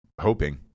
hoping